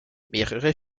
mehrere